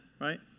right